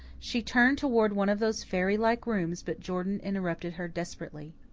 she turned toward one of those fairy-like rooms, but jordan interrupted her desperately.